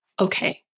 okay